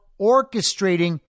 orchestrating